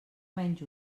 menys